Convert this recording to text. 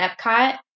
Epcot